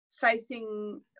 facing